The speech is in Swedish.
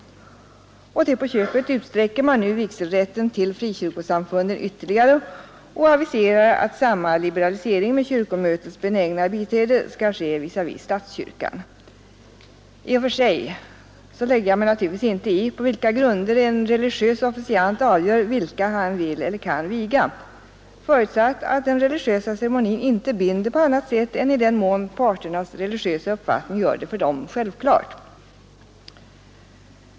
Och till på köpet utsträcker man nu vigselrätten till frikyrkosamfunden ytterligare och aviserar att samma liberalisering med kyrkomötets benägna biträde skall ske visavi statskyrkan. I och för sig lägger jag mig naturligtvis inte i på vilka grunder en religiös officiant avgör vilka han vill eller kan viga, förutsatt att den religiösa ceremonin inte binder på annat sätt än i den mån parternas religiösa uppfattning gör det för dem självklart.